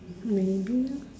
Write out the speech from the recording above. maybe